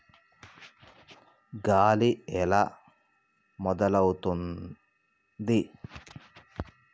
గాలి ఎలా మొదలవుతుంది?